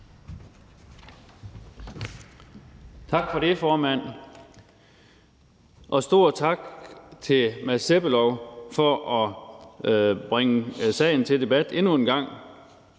Tak for det, formand, og stor tak til Mads Peter Sebbelov for at bringe sagen til debat endnu en gang.